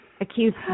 accused